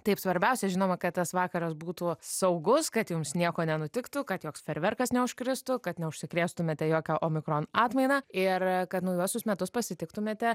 taip svarbiausia žinoma kad tas vakaras būtų saugus kad jums nieko nenutiktų kad joks fejerverkas neužkristų kad neužsikrėstumėte jokia omikron atmaina ir kad naujuosius metus pasitiktumėte